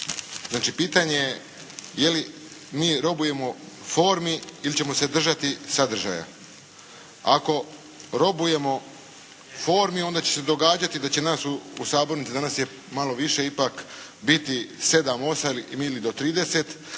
Znači, pitanje je je li mi robujemo formi ili ćemo se držati sadržaja. Ako robujemo formi onda će se događati da će nas u sabornici, danas je malo više ipak, biti sedam, osam